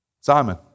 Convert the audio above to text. Simon